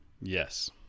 Yes